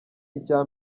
icya